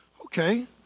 okay